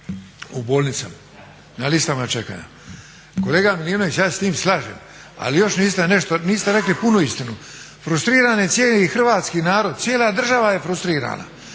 u bolnicama, na listama čekanja. Kolega Milinović, ja se s tim slažem. Ali još niste nešto, niste rekli punu istinu. Frustriran je cijeli hrvatski narod, cijela država je frustrirana.